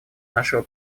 нашего